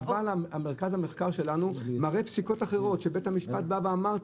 מרכז המחקר שלנו מראה פסיקות אחרות שבית המשפט בא ואמר,